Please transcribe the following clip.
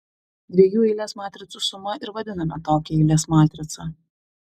dviejų eilės matricų suma ir vadiname tokią eilės matricą